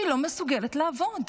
אני לא מסוגלת לעבוד,